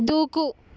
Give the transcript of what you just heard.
దూకు